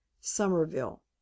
somerville